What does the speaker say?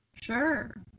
Sure